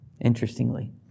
interestingly